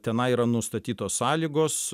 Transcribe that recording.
tenai yra nustatytos sąlygos